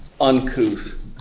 uncouth